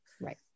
Right